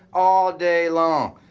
all day long.